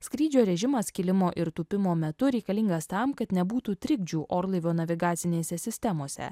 skrydžio režimas kilimo ir tūpimo metu reikalingas tam kad nebūtų trikdžių orlaivio navigacinėse sistemose